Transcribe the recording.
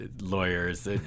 lawyers